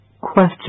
Question